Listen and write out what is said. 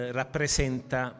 rappresenta